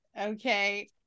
okay